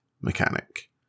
mechanic